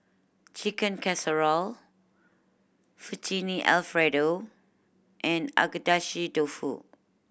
Chicken Casserole Fettuccine Alfredo and Agedashi Dofu